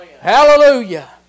Hallelujah